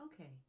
Okay